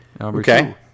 Okay